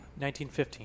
1915